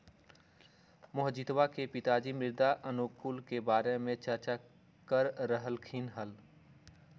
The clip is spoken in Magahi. मोहजीतवा के पिताजी मृदा अनुकूलक के बारे में चर्चा कर रहल खिन हल